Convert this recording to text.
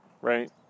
right